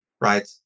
right